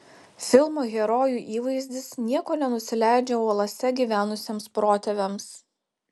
filmo herojų įvaizdis nieko nenusileidžia uolose gyvenusiems protėviams